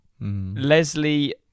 Leslie